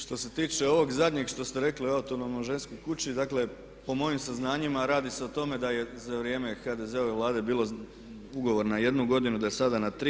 Što se tiče ovog zadnjeg što ste rekli o autonomno ženskoj kući, dakle po mojim saznanjima radi se o tome da je za vrijeme HDZ-ove Vlade bilo ugovor na jednu godinu, da je sada na tri.